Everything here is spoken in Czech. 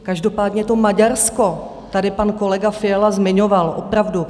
Každopádně to Maďarsko tady pan kolega Fiala zmiňoval opravdu.